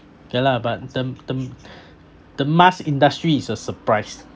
ya lah but the the the mask industry is a surprise